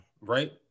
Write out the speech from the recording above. right